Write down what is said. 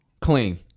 Clean